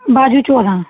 ਬਾਜੂ ਚੌਦਾਂ